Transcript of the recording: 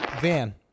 Van